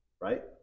right